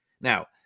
Now